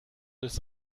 des